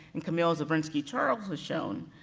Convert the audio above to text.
and camille zubrinsky charles has shown,